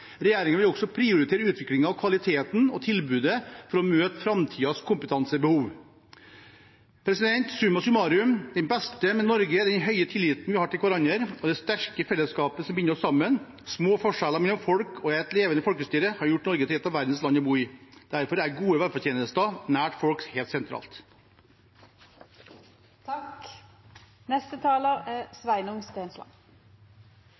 Regjeringen vil også prioritere utvikling av kvaliteten og tilbudet for å møte framtidens kompetansebehov. Summa summarum: Det beste med Norge er den høye tilliten vi har til hverandre, og det sterke fellesskapet som binder oss sammen. Små forskjeller mellom folk og et levende folkestyre har gjort Norge til et av verdens beste land å bo i. Derfor er gode velferdstjenester nær folk helt